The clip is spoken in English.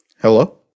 Hello